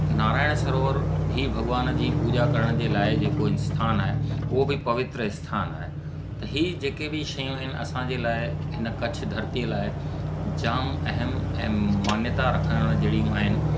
नारायण सरोवर बि भॻवान जी पूॼा करण जे लाइ जेको आस्थानु आहे उहो बि पवित्र आस्थानु आहे त ही जेके बि शयूं आहिनि असांजे लाइ हिन कच्छ धरतीअ लाइ जाम अहम एम मान्यता रखण जेड़ियूं आहिनि